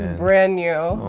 brand new. oh,